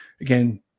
Again